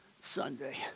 Sunday